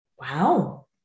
Wow